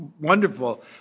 wonderful